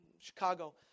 Chicago